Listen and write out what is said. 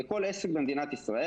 לכל עסק במדינת ישראל,